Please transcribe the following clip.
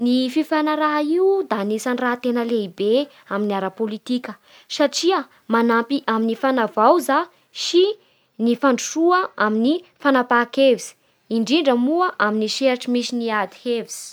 Ny fifanaraha io da anisan'ny raha tena lehibe amin'ny ara-politika, satria manapy amin'ny fanavaoza sy fandrosoa amin'ny fanapaha-kevitsy, indrindra moa amin'ny sehatry misy ny ady hevitsy